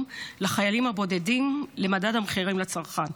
לחיילים הבודדים למדד המחירים לצרכן.